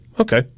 Okay